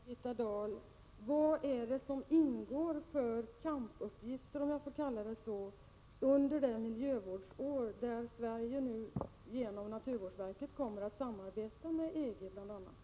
Herr talman! Jag vill fråga Birgitta Dahl: Vad är det för kampuppgifter, om jag får kalla det så, som ingår i det miljövårdsår, under vilket Sverige genom naturvårdsverket kommer att samarbeta med bl.a. EG?